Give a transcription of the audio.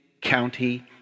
county